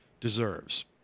deserves